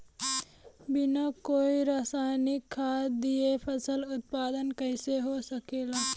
बिना कोई रसायनिक खाद दिए फसल उत्पादन कइसे हो सकेला?